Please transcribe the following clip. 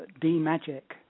D-Magic